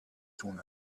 soon